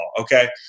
Okay